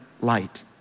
light